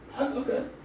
Okay